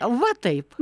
va taip